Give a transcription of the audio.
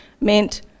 meant